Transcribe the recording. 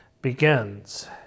begins